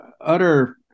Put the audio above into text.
utter